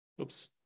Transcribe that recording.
Oops